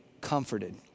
comforted